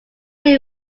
lee